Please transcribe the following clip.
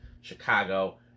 Chicago